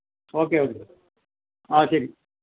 okay okay ആഹ് ശരി